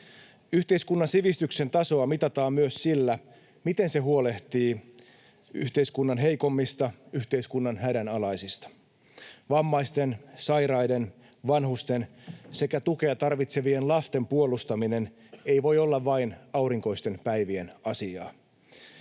Yhteiskunnan sivistyksen tasoa mitataan myös sillä, miten se huolehtii yhteiskunnan heikommista, yhteiskunnan hädänalaisista. Vammaisten, sairaiden, vanhusten sekä tukea tarvitsevien lasten puolustaminen ei voi olla vain aurinkoisten päivien asiaa.